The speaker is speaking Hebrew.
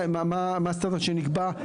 מה נקבע.